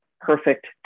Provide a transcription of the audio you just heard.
Perfect